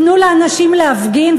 תנו לאנשים להפגין,